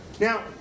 Now